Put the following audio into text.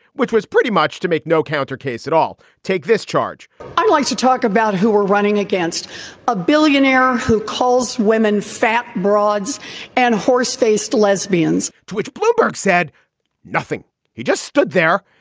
which was pretty much to make no counter case at all. take this charge i'd like to talk about who were running against a billionaire who calls women fat broads and horse faced lesbians, to which bloomberg said nothing he just stood there.